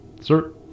Sir